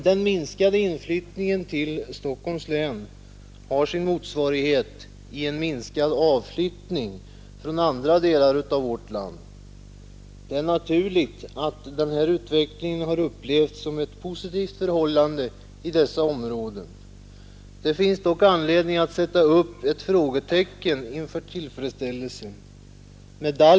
Den minskade inflyttningen till Stockholms län har sin motsvarighet i en minskad avflyttning från andra delar av vårt land, och det är naturligt att detta har upplevts som något positivt i dessa områden. Det finns dock anledning att sätta ett frågetecken för tillfredsställelsen härmed.